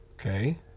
Okay